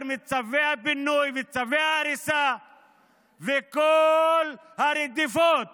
מצווי הפינוי וצווי ההריסה וכל הרדיפות